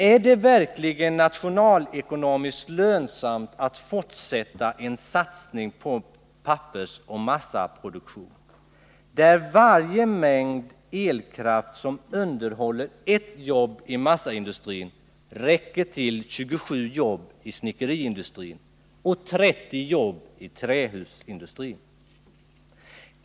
Är det verkligen nationalekonomiskt lönsamt att fortsätta en satsning på pappersoch massaproduktion, där varje mängd elkraft som underhåller 1 jobb i massaindustrin räcker till 27 jobb i snickeriindustrin och 30 jobb i trähusindustrin?